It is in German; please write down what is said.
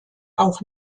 auch